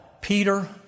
Peter